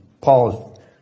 Paul